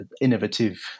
innovative